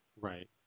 Right